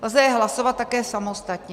Lze je hlasovat také samostatně.